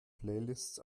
playlists